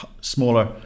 smaller